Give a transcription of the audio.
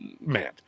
man